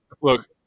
Look